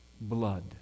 blood